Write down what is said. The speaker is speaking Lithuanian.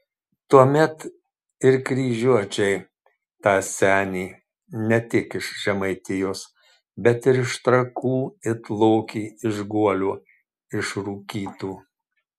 tuomet ir kryžiuočiai tą senį ne tik iš žemaitijos bet ir iš trakų it lokį iš guolio išrūkytų